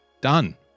Done